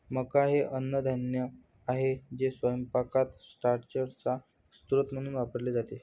मका हे अन्नधान्य आहे जे स्वयंपाकात स्टार्चचा स्रोत म्हणून वापरले जाते